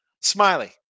Smiley